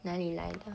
哪里来的